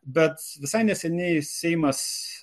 bet visai neseniai seimas